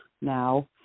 now